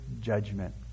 judgment